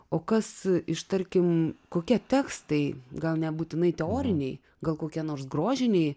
o kas ištarkime kokie tekstai gal nebūtinai teoriniai gal kokia nors grožinė